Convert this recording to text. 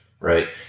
Right